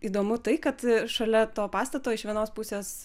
įdomu tai kad šalia to pastato iš vienos pusės